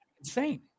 Insane